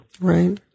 Right